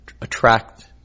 attract